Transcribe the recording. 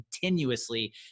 continuously